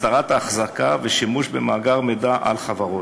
(הסדרת ההחזקה והשימוש במאגר מידע על חברות),